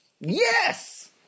Yes